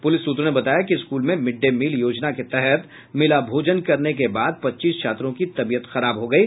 police सूत्रों ने बताया कि स्कूल में मिड डे मिल योजना के तहत मिला भोजन करने के बाद पच्चीस छात्रों की तबीयत खराब हो गयी